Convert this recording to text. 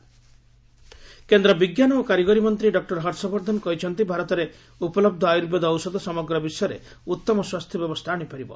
Ayurveda day କେନ୍ଦ୍ର ବିଜ୍ଞାନ ଓ କାରିଗରି ମନ୍ତ୍ରୀ ଡକ୍ଟର ହର୍ଷବର୍ଦ୍ଧନ କହିଛନ୍ତି ଭାରତରେ ଉପଲହ୍ଧ ଆୟୁର୍ବେଦ ଔଷଧ ସମଗ୍ର ବିଶ୍ୱରେ ଉତ୍ତମ ସ୍ୱାସ୍ଥ୍ୟ ବ୍ୟବସ୍ଥା ଆଣିପାରିବ